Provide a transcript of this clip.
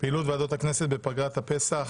"פעילות ועדות הכנסת בפגרת הפסח,